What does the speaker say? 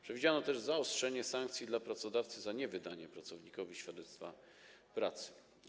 Przewidziano też zaostrzenie sankcji dla pracodawcy za niewydanie pracownikowi świadectwa pracy.